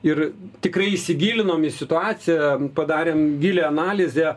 ir tikrai įsigilinom į situaciją padarėm gilią analizę